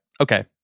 Okay